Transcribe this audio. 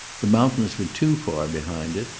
the mountains were too far behind it.